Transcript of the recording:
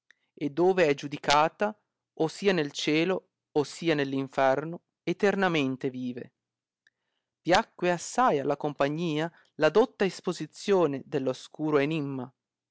e dove è giudicata o sia nel cielo o sia nell'inferno eternamente vive piacque assai alla compagnia la dotta isposizione dell oscuro enimma